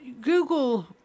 Google